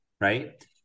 right